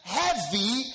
heavy